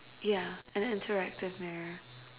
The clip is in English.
yeah an interactive mirror